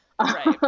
Right